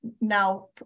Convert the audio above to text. now